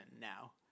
now